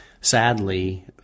Sadly